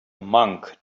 monk